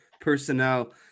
personnel